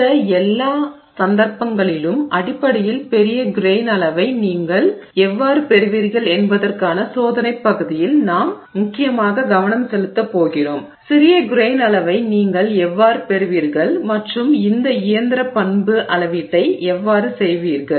இந்த எல்லா சந்தர்ப்பங்களிலும் அடிப்படையில் பெரிய கிரெய்ன் அளவை நீங்கள் எவ்வாறு பெறுவீர்கள் என்பதற்கான சோதனைப் பகுதியில் நாம் முக்கியமாக கவனம் செலுத்தப் போகிறோம் சிறிய கிரெய்ன் அளவை நீங்கள் எவ்வாறு பெறுவீர்கள் மற்றும் இந்த இயந்திர பண்பு அளவீட்டை எவ்வாறு செய்வீர்கள்